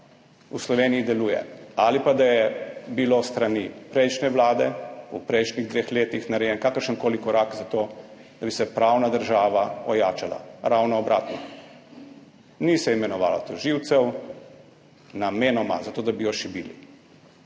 v Sloveniji deluje ali pa, da je bil s strani prejšnje Vlade v prejšnjih dveh letih narejen kakršenkoli korak za to, da bi se pravna država ojačala. Ravno obratno, ni se imenovala tožilcev, in sicer namenoma zato, da bi jo šibili.